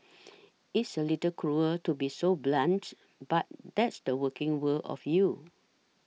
it's a little cruel to be so blunt but that's the working world of you